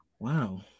Wow